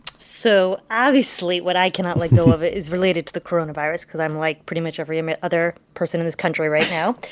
so obviously, what i cannot let go of is related to the coronavirus cause i'm like pretty much every other person in this country right now.